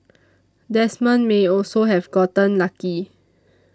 Desmond may also have gotten lucky